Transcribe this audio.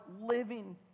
living